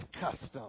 custom